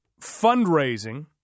fundraising